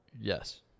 Yes